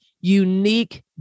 unique